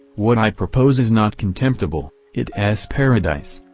what i propose is not contemptible it s paradise,